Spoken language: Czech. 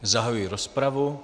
Zahajuji rozpravu.